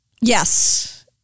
Yes